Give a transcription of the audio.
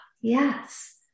yes